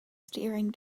staring